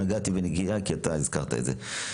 נגעתי בנגיעה כי אתה הזכרת את זה.